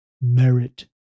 merit